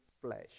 flesh